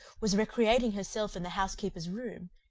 was recreating herself in the housekeeper's room,